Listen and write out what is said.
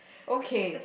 okay